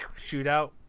shootout